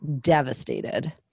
devastated